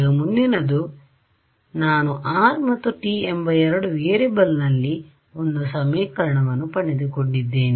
ಈಗ ಮುಂದಿನದು ಆದ್ದರಿಂದ ನಾನು R ಮತ್ತುT ಎಂಬ ಎರಡು ವೇರಿಯೇಬಲ್ ನಲ್ಲಿ ಒಂದು ಸಮೀಕರಣವನ್ನು ಪಡೆದುಕೊಂಡಿದ್ದೇನೆ